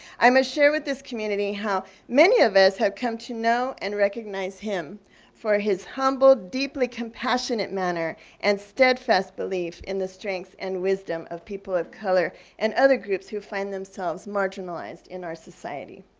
i'm assure with this community how many of this have come to know and recognize him for his humbled, deeply compassionate manner and steadfast belief in the strength and wisdom of people of color and other groups who find themselves marginalized in our society.